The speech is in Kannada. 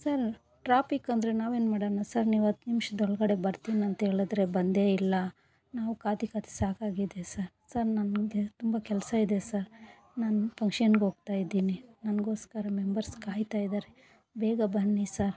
ಸರ್ ಟ್ರಾಪಿಕೆಂದ್ರೆ ನಾವೇನ್ಮಾಡೋಣ ಸರ್ ನೀವು ಹತ್ತು ನಿಮಿಷ್ದೊಳ್ಗಡೆ ಬರ್ತೀನಂಥೇಳಿದ್ರಿ ಬಂದೇ ಇಲ್ಲ ನಾವು ಕಾದು ಕಾದು ಸಾಕಾಗಿದೆ ಸರ್ ಸರ್ ನನಗೆ ತುಂಬ ಕೆಲ್ಸಯಿದೆ ಸರ್ ನಾನು ಫಂಕ್ಷನ್ಗೋಗ್ತಾಯಿದ್ದೀನಿ ನನಗೋಸ್ಕರ ಮೆಂಬರ್ಸ್ ಕಾಯ್ತಾಯಿದ್ದಾರೆ ಬೇಗ ಬನ್ನಿ ಸರ್